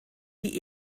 die